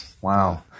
Wow